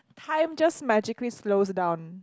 time just magically slows down